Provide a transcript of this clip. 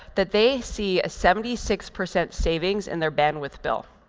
that they see a seventy six percent savings in their bandwidth bill.